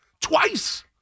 twice